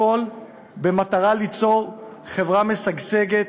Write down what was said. הכול במטרה ליצור חברה משגשגת,